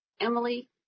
Emily